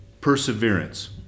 perseverance